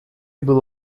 был